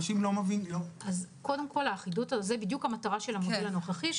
זאת בדיוק המטרה של המודל הנוכחי.